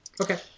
Okay